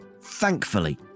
thankfully